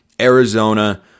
Arizona